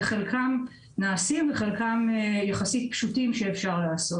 חלקם נעשים וחלקם יחסית פשוטים לעשייה.